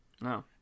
No